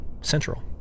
central